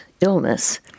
illness